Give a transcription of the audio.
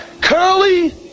Curly